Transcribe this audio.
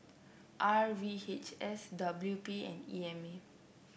R V H S W P and E M A